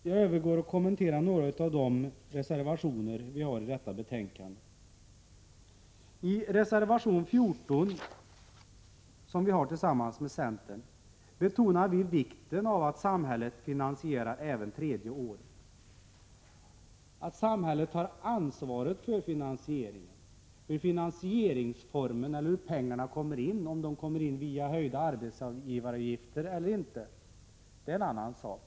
Jag övergår till att kommentera några av de reservationer vi hari detta betänkande. I reservation 14, som vi har tillsammans med centern, betonar vi vikten av att samhället finansierar även tredje året i gymnasieskolan, dvs. att samhället tar ansvaret för finansieringen. Finansieringsformerna eller hur pengarna kommer in — om de kommer in via höjda arbetsgivaravgifter eller inte — det är en annan sak.